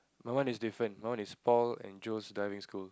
my one is different my one is Paul and Joe's Diving School